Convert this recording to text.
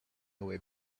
away